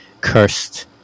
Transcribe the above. cursed